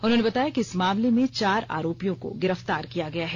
उन्होंने बताया कि इस मामले में चार आरोपियों को गिरफ्तार किया गया है